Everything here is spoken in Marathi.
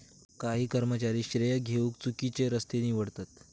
काही कर्मचारी श्रेय घेउक चुकिचे रस्ते निवडतत